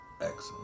Excellent